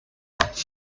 park